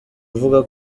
mvuga